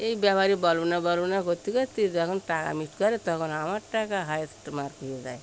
এই ব্যাপারে বলব না বলব না করতে করতে যখন টাকা মিট করে তখন আমার টাকা হায়েস্ট মার্কিং দেয়